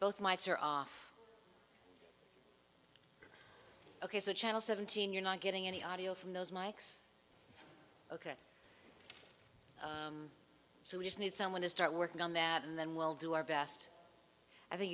are off ok so channel seventeen you're not getting any audio from those mikes ok so we just need someone to start working on that and then we'll do our best i think